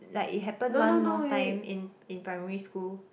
like it happen one more time in in primary school